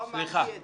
סליחה, היא לא אמרה.